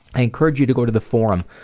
i encourage you to go to the forum.